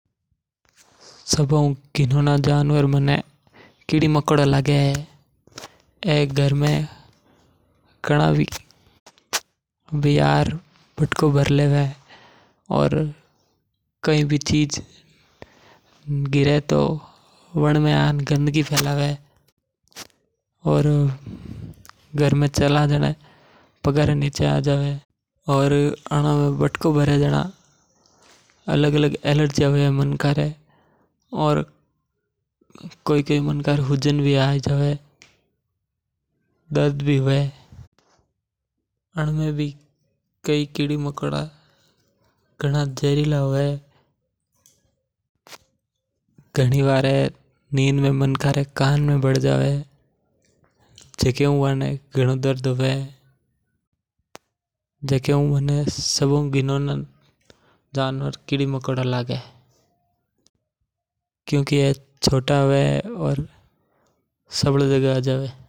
सब हु घिनोणा जानवर माणे कीड़ी मकोड़ा लागे ह। ए कदी कदी धीरै सै आइ ने मनका रै वातको भरी लेवे बना हु मनका नै अलग अलग एलर्जी हवै और वणां नु सुजन आइ जवे। बणा हु मनका रै वातको ह्वारै वातै दर्द भी हवै। अनारै डंक में अलग अलग एसिड भी हवै बणा हु मनक नै ए वातको ह्वारै वाते खुजली करणी पड़े।